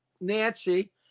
Nancy